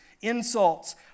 insults